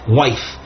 wife